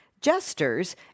Jesters